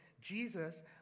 Jesus